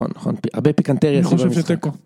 הרבה פיקנטריה.